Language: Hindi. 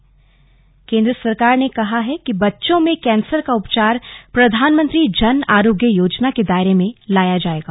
स्लग जन आरोग्य योजना केंद्र सरकार ने कहा है कि बच्चों में कैंसर का उपचार प्रधानमंत्री जन आरोग्य योजना के दायरे में लाया जाएगा